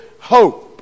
hope